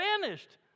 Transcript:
vanished